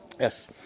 Yes